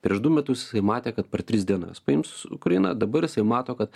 prieš du metus jisai matė kad per tris dienas paims ukrainą dabar jisai mato kad